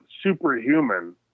superhuman